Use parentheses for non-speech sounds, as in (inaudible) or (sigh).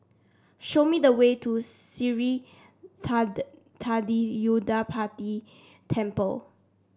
show me the way to Sri (unintelligible) Thendayuthapani Temple